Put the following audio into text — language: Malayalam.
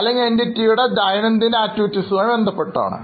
അല്ലെങ്കിൽ എന്റിറ്റിയുടെ ദൈനംദിന പ്രവർത്തനങ്ങൾ ആണ്